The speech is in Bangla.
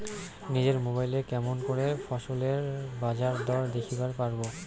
নিজের মোবাইলে কেমন করে ফসলের বাজারদর দেখিবার পারবো?